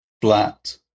flat